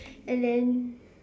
and then